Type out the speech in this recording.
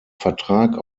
vertrag